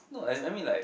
no I I mean like